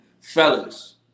Fellas